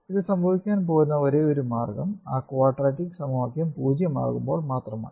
ഇത് സംഭവിക്കാൻ പോകുന്ന ഒരേയൊരു മാർഗ്ഗം ആ ക്വാഡ്രാറ്റിക് സമവാക്യം 0 ആകുമ്പോൾ മാത്രമാണ്